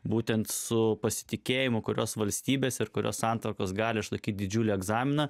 būtent su pasitikėjimu kurios valstybės ir kurios santuokos gali išlaikyti didžiulį egzaminą